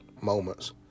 moments